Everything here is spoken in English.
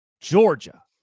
Georgia